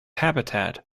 habitat